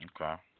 Okay